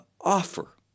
offer